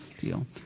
deal